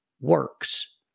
works